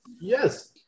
yes